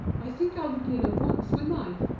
i think i'll begin at once with mine,